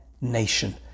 nation